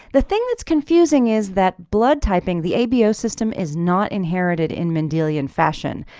the thing that's confusing is that blood typing, the abo system, is not inherited in mendelian fashion.